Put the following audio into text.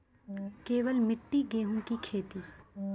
केवल मिट्टी गेहूँ की खेती?